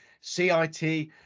CIT